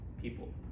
people